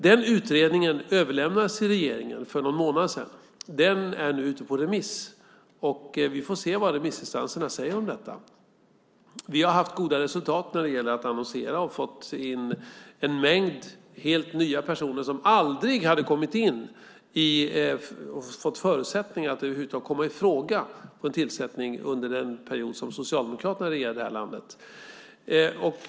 Den utredningen överlämnades till regeringen för någon månad sedan. Den är nu ute på remiss. Vi får se vad remissinstanserna säger om detta. Vi har haft goda resultat när det gäller att annonsera och har fått in en mängd helt nya personer som aldrig fått förutsättningar att över huvud taget komma i fråga för en tillsättning under den period som Socialdemokraterna regerade det här landet.